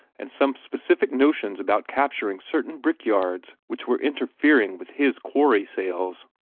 and some specific notions about capturing certain brickyards which were interfering with his quarry-sales.